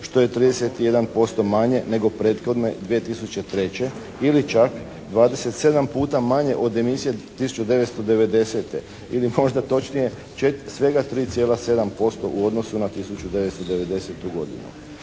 što je 31% manje nego prethodne 2003. ili čak 27 puta manje od emisije 1990. ili možda točnije svega 3,7 posto u odnosu na 1990. godinu.